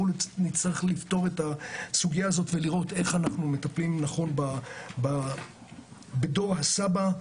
ונצטרך לראות איך אנחנו מטפלים נכון בדור הסבא.